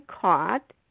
caught